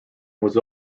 was